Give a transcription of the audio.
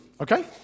Okay